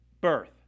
birth